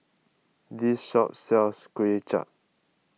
this shop sells Kuay Chap